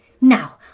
Now